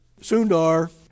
Sundar